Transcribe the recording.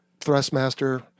Thrustmaster